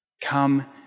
Come